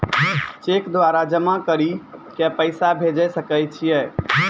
Cheque द्वारा जमा करि के पैसा भेजै सकय छियै?